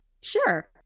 Sure